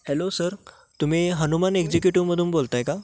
hello sir तुम्ही हनुमान एक्झिक्युटिव्हमधून बोलताय का